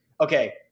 okay